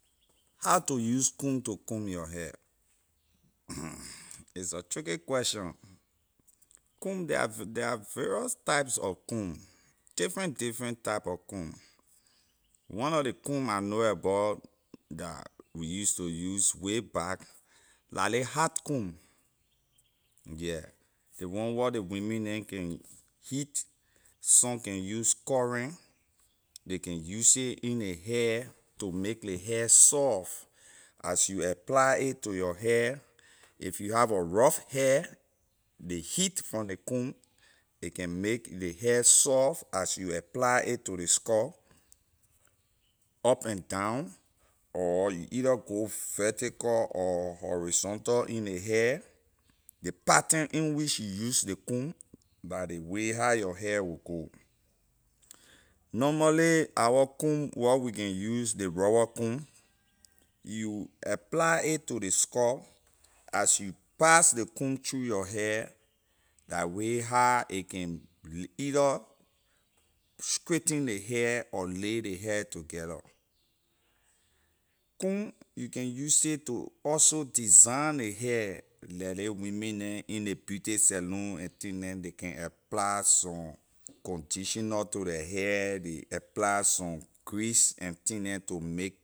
How to use comb to comb your hair it’s a tricky question comb they are they are various types of comb different different type of comb one lor comb I know abor dah we use to use way back la ley hot comb yeah ley one where ley women neh heat some can use current ley can use it in ley hair to make ley hair soft as you apply a to your hair if you have a rough hair ley heat from ley comb a can make ley hair soft as you apply it to ley skull up and down or you either go vertical or horizontal in ley hair ley pattern in which you use ley comb la ley way how your hair will go normally our comb wor we can use ley rubber comb you apply a to ley skull as you pass ley comb through your hair la way how a can le either straighten ley hair or lay ley hair together comb you can use it to also design ley hair leh ley women neh in ley beauty salon and thing neh ley can apply some conditioner to leh hair ley apply some grease and thing neh to make